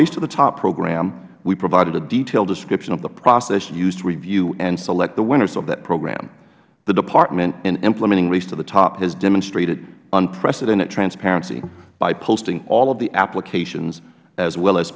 race to the top program we provided a detailed description of the process used to review and select the winners of that program the department in implementing race to the top has demonstrated unprecedented transparency by posting all of the applications as well as